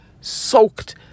soaked